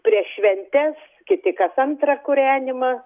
prieš šventes kiti kas antrą kūrenimą